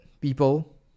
people